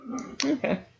Okay